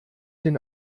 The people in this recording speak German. den